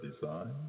design